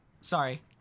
Sorry